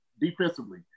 defensively